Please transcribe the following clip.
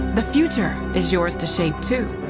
the future is yours to shape, too.